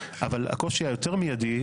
אבל הקושי היותר מיידי,